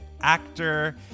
actor